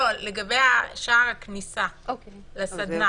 לגבי שער הכניסה לסדנה.